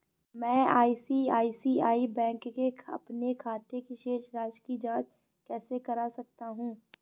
मैं ICICI bank के अपने खाते की शेष राशि की जाँच कैसे कर सकता हूँ?